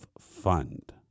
Fund